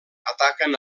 ataquen